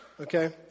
Okay